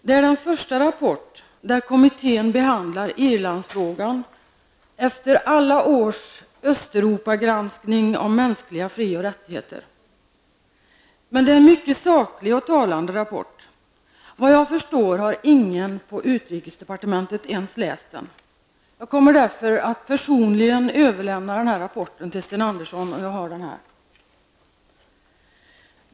Det är den första rapport där kommittén behandlar irlandsfrågan efter alla års Östeuropagranskning av mänskliga fri och rättigheter. Men det är en mycket saklig och talande rapport. Vad jag förstår har ingen på utrikesdepartementet ens läst den. Jag skall därför personligen strax överlämna rapporten till Sten Andersson.